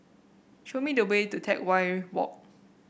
show me the way to Teck Whye Walk